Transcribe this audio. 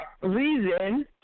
reason